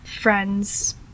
friends